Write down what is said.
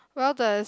well the